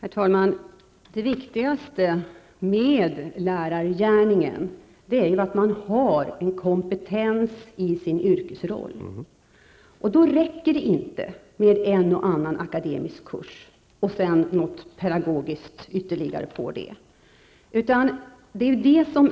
Herr talman! Det viktigaste med lärargärningen är ju att man har en kompetens i sin yrkesroll, och då räcker det inte med en och annan akademisk kurs och sedan något pedagogiskt ytterligare på det.